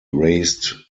raised